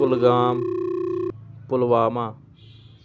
Kulgam Pulwama